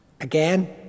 Again